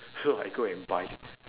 so I go and buy